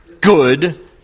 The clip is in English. Good